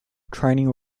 training